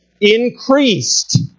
increased